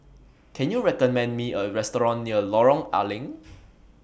Can YOU recommend Me A Restaurant near Lorong A Leng